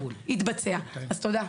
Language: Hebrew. תודה.